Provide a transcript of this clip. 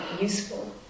useful